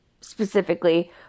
specifically